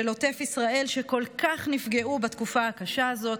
של עוטף ישראל, שכל כך נפגעו בתקופה הקשה הזאת,